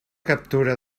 captura